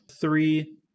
three